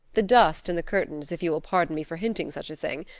the dust in the curtains, if you will pardon me for hinting such a thing,